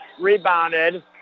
Rebounded